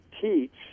teach